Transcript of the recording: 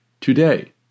today